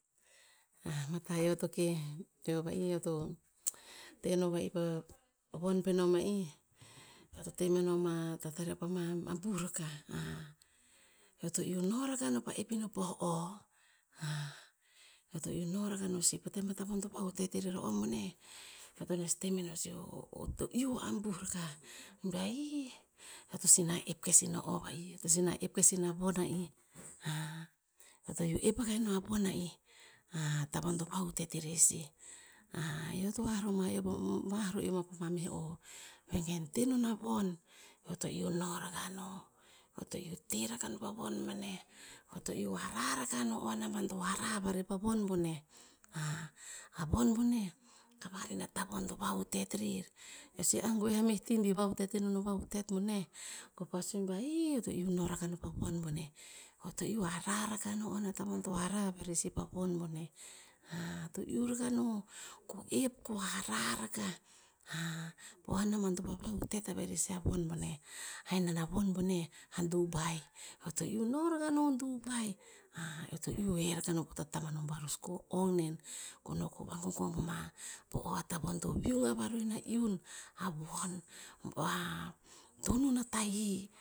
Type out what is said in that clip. mata eo to keh, eo va'i eo to teh no va'i eo to teh no va'i po von penom a i. Eo to temenom a tatareop ama ambuh rakah. eo to iuh no rakah no pa oep ino pa o, eo to iuh noh rakah no sih. Po tem atavon to hutet erer po o boneh, eo to nes temeno sih o- o to iuh ambuh rakah. Ba i, eo to sih na oep kes i ino o va'i, eo to kes ino von ai. eo to uh oep ina von a i ata von to vahutet arer sih. eo to haroma pa meh o, vengen tehnon a von eo to iuh noh rakah no. Eo to iuh teh rakah no pa von boneh, eo to iuh hara rakah no o anaban to hara ava rer po von boneh. A von boneh, kavar ina tavon to va hutet arer. Eo sih angwe sih a meh ti be va hutet inon ova utet ino va utet boneh. Ko pa sue ba, "ii, eo to iuh noh rakah po von boneh." Eo to iuh hara rakah no atavon to hara rer sih pa von boneh. to iuh rakah no ko oep, ko hara rakah poh anaban to va va utet avare sih a von boneh. A henana a von boneh, a dubai. Eo to iuh noh rakah non dubai. eo to iuh he rakah no po tatamano barus ko ong en. Ko noh ko vagogom ama po atavon to viung avariu a iun, a von voa tonuno tahi.